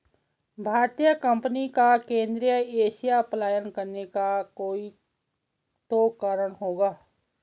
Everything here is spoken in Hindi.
भारतीय कंपनी का केंद्रीय एशिया पलायन करने का कोई तो कारण होगा